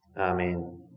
Amen